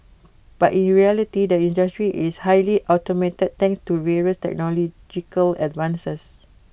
but in reality the industry is highly automated thanks to various technological advances